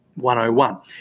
101